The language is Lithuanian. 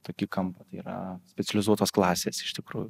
tokį kampą tai yra specializuotos klasės iš tikrųjų